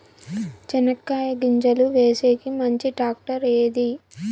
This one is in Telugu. చెనక్కాయ గింజలు వేసేకి మంచి టాక్టర్ ఏది?